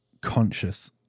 conscious